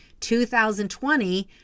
2020